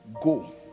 Go